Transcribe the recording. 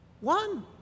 one